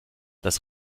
das